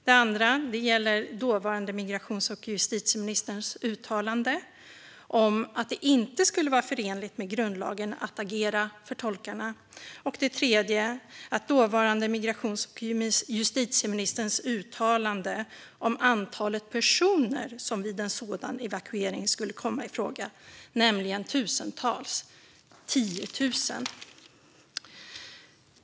Den andra gäller dåvarande migrations och justitieministerns uttalande att det inte skulle vara förenligt med grundlagen att agera för tolkarna. Den tredje gäller dåvarande migrations och justitieministerns uttalande om antalet personer som vid en sådan evakuering skulle komma i fråga, nämligen tusentals - 10 000.